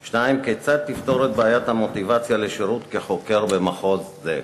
2. כיצד תפתור את בעיית המוטיבציה לשירות כחוקר במחוז זה?